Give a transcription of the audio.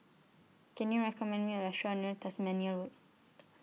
Can YOU recommend Me A Restaurant near Tasmania Road